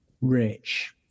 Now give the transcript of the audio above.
Rich